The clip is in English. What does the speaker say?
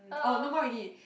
orh no more already